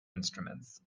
instruments